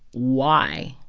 why?